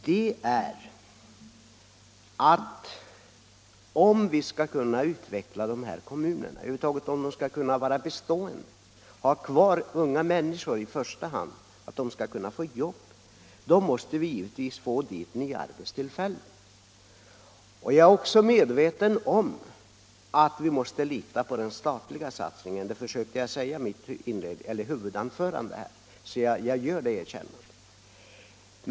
Det är nödvändigt om vi skall kunna utveckla de här kommunerna och om de över huvud taget skall kunna bestå. Om man skall kunna hålla kvar unga människor måste de kunna få jobb. Jag är också medveten om att vi måste lita på den statliga satsningen, och det försökte jag säga i mitt huvudanförande. Jag gör alltså det erkännandet.